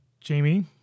Jamie